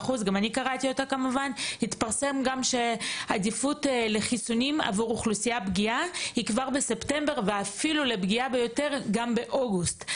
אני בטוחה שההורים שלי שהם כן בגילאים האלה וחלו בלי סוף בשפעת וכל